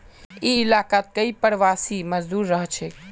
ई इलाकात कई प्रवासी मजदूर रहछेक